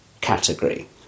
category